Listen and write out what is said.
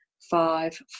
five